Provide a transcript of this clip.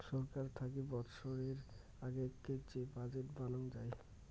ছরকার থাকি বৎসরের আগেক যে বাজেট বানাং হই